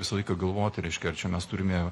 visą laiką galvoti reiškia ar čia mes turime